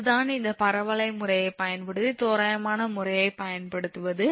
இதுதான் அந்த பரவளைய முறையைப் பயன்படுத்தி தோராயமான முறையைப் பயன்படுத்துவது